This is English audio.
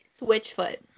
Switchfoot